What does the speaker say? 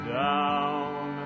down